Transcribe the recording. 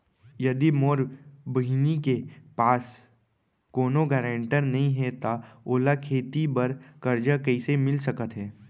यदि मोर बहिनी के पास कोनो गरेंटेटर नई हे त ओला खेती बर कर्जा कईसे मिल सकत हे?